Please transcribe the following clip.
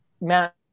Matt